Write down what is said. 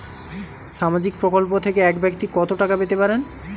সামাজিক প্রকল্প থেকে এক ব্যাক্তি কত টাকা পেতে পারেন?